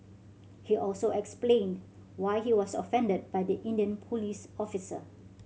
he also explained why he was offended by the Indian police officer